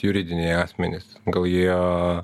juridiniai asmenys gal jie